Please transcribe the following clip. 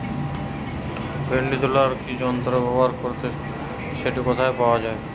ভিন্ডি তোলার জন্য কি যন্ত্র ব্যবহার করতে হবে এবং সেটি কোথায় পাওয়া যায়?